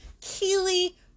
Keely